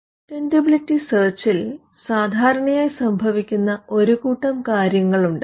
patentability സെർച്ചിൽ സാധാരണയായി സംഭവിക്കുന്ന ഒരു കൂട്ടം കാര്യങ്ങളുണ്ട്